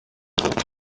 gukomeza